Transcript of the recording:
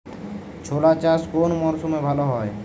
ছোলা চাষ কোন মরশুমে ভালো হয়?